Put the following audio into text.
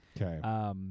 Okay